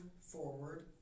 forward